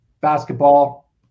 basketball